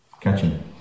catching